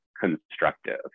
constructive